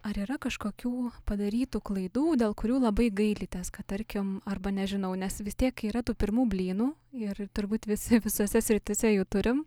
ar yra kažkokių padarytų klaidų dėl kurių labai gailitės kad tarkim arba nežinau nes vis tiek yra tų pirmų blynų ir turbūt visi visose srityse jų turim